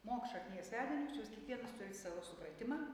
mok šaknies vedinius jūs kiekvienas turit savo supratimą